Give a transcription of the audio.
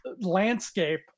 landscape